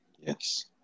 Yes